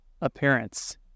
appearance